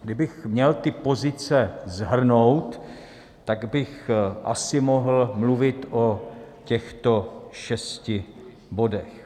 Kdybych měl ty pozice shrnout, tak bych asi mohl mluvit o těchto šesti bodech.